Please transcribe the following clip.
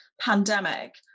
pandemic